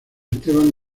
esteban